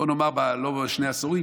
בואו נאמר לא בשני העשורים,